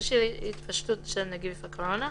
"בשל התפשטות של נגיף הקורונה,